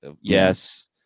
Yes